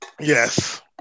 yes